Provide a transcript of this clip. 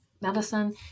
Medicine